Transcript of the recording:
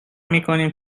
میکنیم